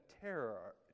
terror